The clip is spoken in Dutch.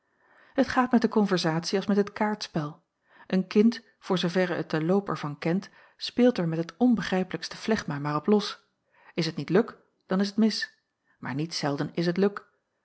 het gaat met de konversatie als met het kaartspel een kind voor zooverre het den loop er van kent speelt er met het onbegrijpelijkste flegma maar op los is t niet luk dan is t mis maar niet zelden is het luk